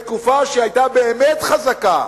בתקופה שהיא היתה באמת חזקה,